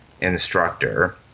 instructor